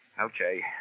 Okay